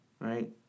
right